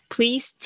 Please